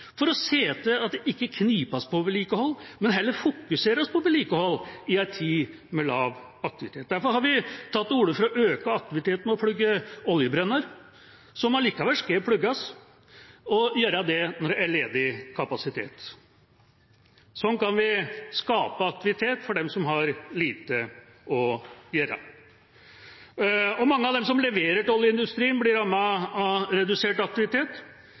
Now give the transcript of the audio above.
for å se til at det ikke knipes på vedlikehold, men heller fokuseres på vedlikehold i en tid med lav aktivitet. Derfor har vi tatt til orde for å øke aktiviteten ved å plugge oljebrønner, som allikevel skal plugges, og gjøre det når det er ledig kapasitet. Sånn kan vi skape aktivitet for dem som har lite å gjøre. Mange av dem som leverer til oljeindustrien, blir rammet av redusert aktivitet.